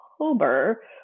october